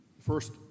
first